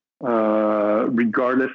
regardless